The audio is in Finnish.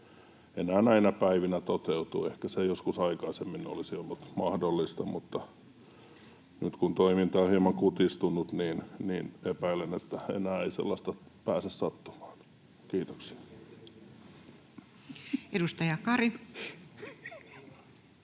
enää näinä päivinä toteutuu. Ehkä se joskus aikaisemmin olisi ollut mahdollista, mutta nyt kun toiminta on hieman kutistunut, niin epäilen, että enää ei sellaista pääse sattumaan. — Kiitoksia. [Speech 30]